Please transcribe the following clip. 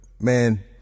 man